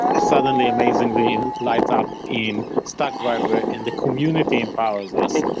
suddenly amazingly lights up in stackdriver and the community empowers us.